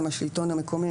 אם לשלטון המקומי,